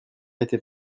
était